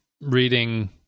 reading